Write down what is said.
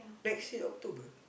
next year October